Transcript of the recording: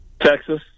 Texas